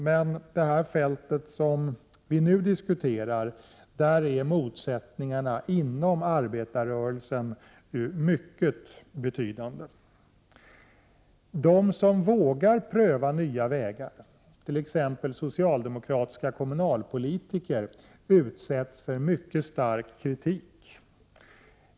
Men när det gäller det fält som vi nu diskuterar är motsättningarna inom arbetarrörelsen mycket betydande. De som vågar pröva nya vägar, t.ex. socialdemokratiska kommunalpolitiker, utsätts för mycket stark kritik.